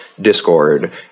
discord